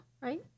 right